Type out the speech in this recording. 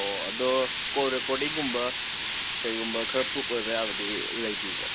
ꯑꯣ ꯑꯗꯣ ꯀꯣꯜ ꯔꯦꯀꯣꯔꯗꯤꯡꯒꯨꯝꯕ ꯀꯔꯤꯒꯨꯝꯕ ꯈꯔ ꯄ꯭ꯔꯨꯐ ꯑꯣꯏꯕ ꯌꯥꯕꯗꯤ ꯂꯩꯕꯤꯕ꯭ꯔꯥ